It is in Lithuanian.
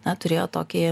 na turėjo tokį